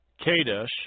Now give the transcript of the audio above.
Kadesh